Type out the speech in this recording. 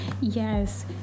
Yes